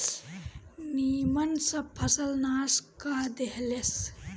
निमन सब फसल नाश क देहलस